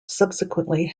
subsequently